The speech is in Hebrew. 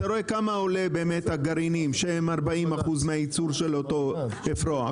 אתה רואה כמה עולה באמת הגרעינים שהם 40% מהייצור של אותו אפרוח,